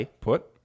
Put